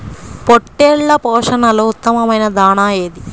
పొట్టెళ్ల పోషణలో ఉత్తమమైన దాణా ఏది?